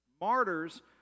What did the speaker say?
Martyrs